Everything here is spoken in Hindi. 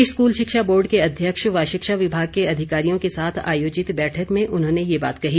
प्रदेश स्कूल शिक्षा बोर्ड के अध्यक्ष व शिक्षा विभाग के अधिकारियों के साथ आयोजित बैठक में उन्होंने ये बात कही